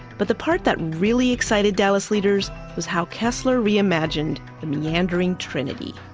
but the part that really excited dallas leaders was how kessler reimagined the meandering trinity.